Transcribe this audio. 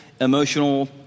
emotional